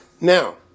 Now